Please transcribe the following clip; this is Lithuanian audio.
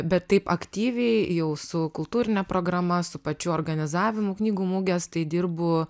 bet taip aktyviai jau su kultūrine programa su pačiu organizavimu knygų mugės tai dirbu